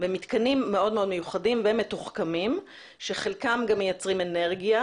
במתקנים מאוד מיוחדים ומתוחכמים שחלקם גם מייצרים אנרגיה.